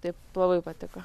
taip labai patiko